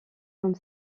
comme